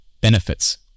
benefits